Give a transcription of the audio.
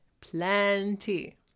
Plenty